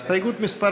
הסתייגות מס'